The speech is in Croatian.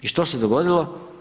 I što se dogodilo?